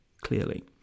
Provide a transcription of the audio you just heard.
clearly